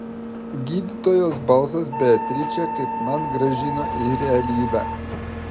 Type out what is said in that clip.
gydytojos balsas beatričę kaipmat grąžino į realybę